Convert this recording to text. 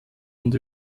und